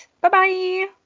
bye-bye